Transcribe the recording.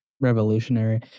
revolutionary